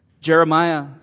Jeremiah